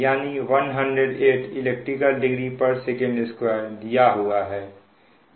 यानी 108 elect degree Sec2 दिया हुआ है